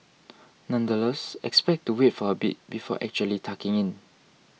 nonetheless expect to wait for a bit before actually tucking in